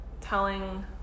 telling